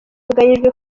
biteganyijwe